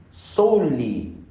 solely